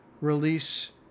release